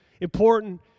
Important